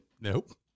Nope